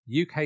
UK